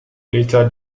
later